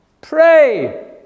Pray